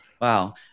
Wow